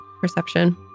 perception